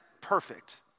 perfect